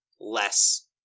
less